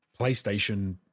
PlayStation